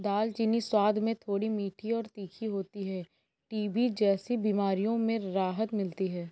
दालचीनी स्वाद में थोड़ी मीठी और तीखी होती है टीबी जैसी बीमारियों में राहत मिलती है